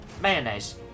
Mayonnaise